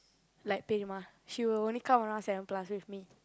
like she'll only come around seven plus with me